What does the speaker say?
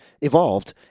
evolved